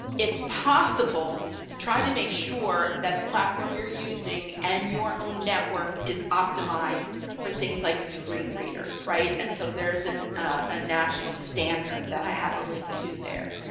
if possible try to make sure that the platform you're using and your own network is optimized for things like screen readers, right, and so there's and a national standard that i have a link to there.